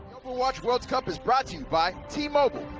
overwatch world cup is brought to you by t-mobile.